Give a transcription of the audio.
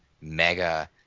mega